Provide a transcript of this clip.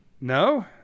No